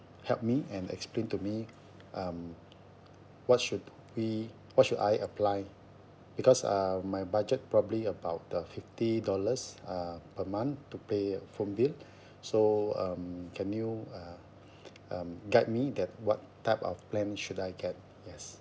help me and explain to me um what should we what should I apply because uh my budget probably about the fifty dollars uh per month to pay phone bill so um can you uh um guide me the what type of plan should I get yes